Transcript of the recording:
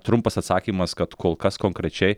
trumpas atsakymas kad kol kas konkrečiai